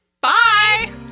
bye